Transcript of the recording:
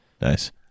Nice